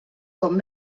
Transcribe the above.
com